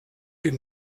den